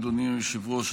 אדוני היושב-ראש,